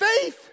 faith